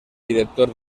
director